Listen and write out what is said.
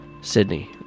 Sydney